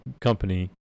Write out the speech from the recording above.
company